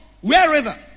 Wherever